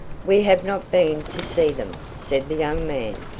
we have not been to see them, said the young man,